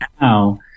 Now